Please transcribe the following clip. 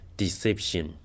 deception